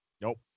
Nope